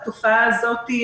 שהתופעה הזאת,